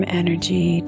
energy